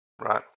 right